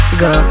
go